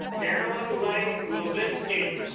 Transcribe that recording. carolyn leigh wills insky